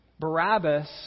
Barabbas